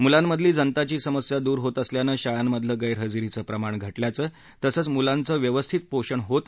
मुलांमधली जंतांची समस्या दूर होत असल्यानं शाळांमधलं गैरहजेरीचं प्रमाण घटल्याचं तसंच मुलांना व्यवस्थित पोषण होत